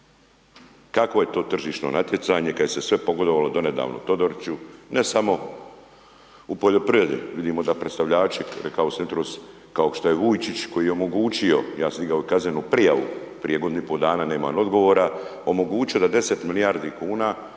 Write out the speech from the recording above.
kakvo je to tržišno natjecanje, kada se sve pogodovalo do nedavno Todoriću, ne samo u poljoprivredi, vidimo da predstavljači, kao što je Vujčić, koji je omogućio, ja sam digao kaznenu prijavu, prije godinu i pol dana, nema odgovora, omogućio da 10 milijardi kn,